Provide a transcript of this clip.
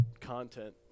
content